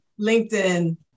LinkedIn